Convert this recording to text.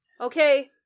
Okay